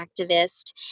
activist